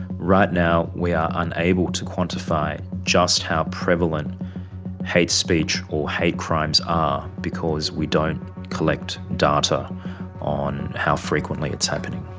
right now we are unable to quantify just how prevalent hate speech or hate crimes are because we don't collect data on how frequently it's happening.